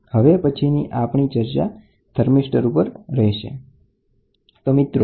હવે પછી આપણે થર્મિસ્ટર ઉપર જઇશુ